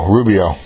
Rubio